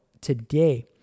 today